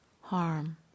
harm